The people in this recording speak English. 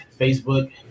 Facebook